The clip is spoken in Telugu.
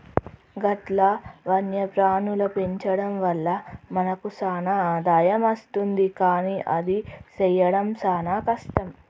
గట్ల వన్యప్రాణుల పెంచడం వల్ల మనకు సాన ఆదాయం అస్తుంది కానీ అది సెయ్యడం సాన కష్టం